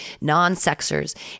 non-sexers